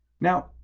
Now